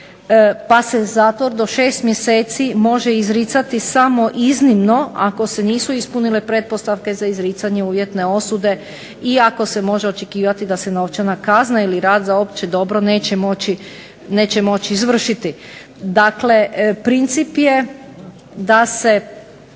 pa se zato do 6 mjeseci može izricati samo iznimno ako se nisu ispunile pretpostavke za izricanje uvjetne osude i ako se može očekivati da se novčana kazna ili rad za opće dobro neće moći izvršiti. Dakle, princip je da se